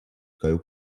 caiu